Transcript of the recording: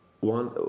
one